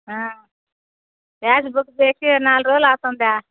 gas book చేసి నాలుగు రోజులు అవుతుంది